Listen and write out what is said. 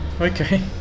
Okay